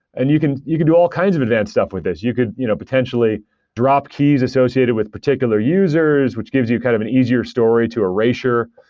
and you can you can do all kinds of advanced stuff with this. you could you know potentially drop keys associated with particular users, which gives you kind of an easier story to erasure,